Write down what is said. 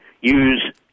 use